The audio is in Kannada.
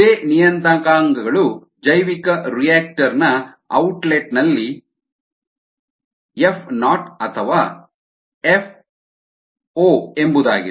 ಇದೇ ನಿಯತಾಂಕಗಳು ಜೈವಿಕರಿಯಾಕ್ಟರ್ ನ ಔಟ್ಲೆಟ್ ನಲ್ಲಿ ಎಫ್ ನಾಟ್ ಅಥವಾ ಎಫ್ ಒ ಎಂಬುದಾಗಿದೆ